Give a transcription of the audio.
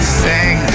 sing